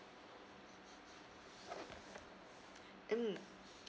mm